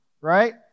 right